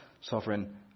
sovereign